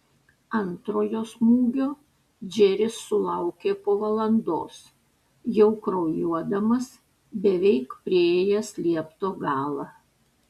antrojo smūgio džeris sulaukė po valandos jau kraujuodamas beveik priėjęs liepto galą